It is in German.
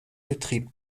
betrieb